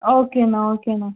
ஓகேண்ணா ஓகேண்ணா